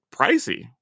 pricey